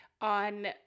on